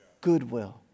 Goodwill